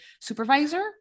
supervisor